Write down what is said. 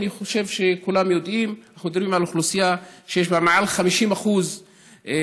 אני חושב שכולם יודעים: אנחנו מדברים על אוכלוסייה שיש בה מעל 50% עוני,